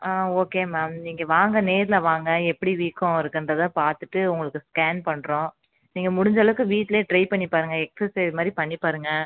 ஆ okay ma'am நீங்கள் வாங்க நேரில் வாங்க எப்படி வீக்கம் இருக்குன்றதை பார்த்துட்டு உங்களுக்கு ஸ்கேன் பண்ணுறோம் நீங்கள் முடிஞ்சளவுக்கு வீட்டிலே ட்ரை பண்ணி பாருங்கள் எக்ஸசைஸ் மாதிரி பண்ணி பாருங்கள்